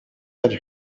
had